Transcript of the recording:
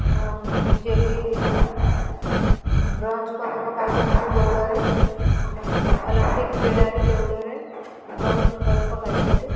ଯିଏକି ବ୍ରୋଞ୍ଜ୍ ପଦକ ପାଇଛନ୍ତି ଦୌଡ଼ରେ ଆମ ଅଲମ୍ପିକ୍ କ୍ରୀଡ଼ାରେ ଦୌଡ଼ରେ ବ୍ରୋଞ୍ଜ୍ ପଦକ ପାଇଛନ୍ତି